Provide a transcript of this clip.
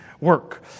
work